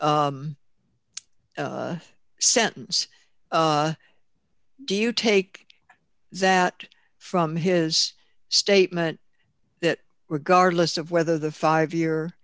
sentence do you take that from his statement that regardless of whether the five year